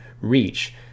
reach